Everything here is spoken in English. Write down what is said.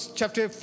chapter